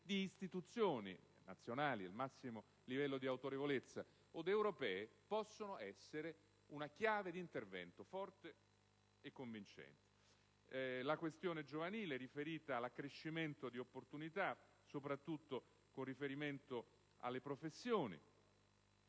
di istituzioni nazionali, al massimo livello di autorevolezza, od europee possono essere una chiave d'intervento forte e convincente. Nella mozione si parla poi della questione giovanile, riferita all'accrescimento di opportunità, soprattutto con riguardo alle professioni,